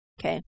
Okay